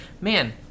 Man